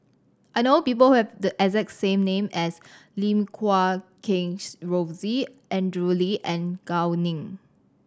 I know people who have the exact same name as Lim Guat Kheng Rosie Andrew Lee and Gao Ning